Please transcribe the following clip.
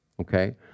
okay